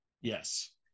yes